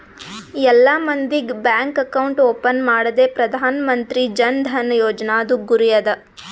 ಎಲ್ಲಾ ಮಂದಿಗ್ bank account open ಮಾಡದೆ ಪ್ರಧಾನ್ ಮಂತ್ರಿ ಜನ್ ಧನ ಯೋಜನಾದು ಗುರಿ ಅದ